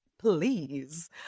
Please